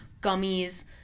gummies